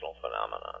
phenomenon